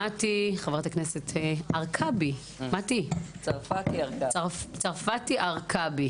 חברת הכנסת מטי צרפתי הרכבי